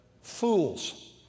Fools